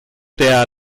der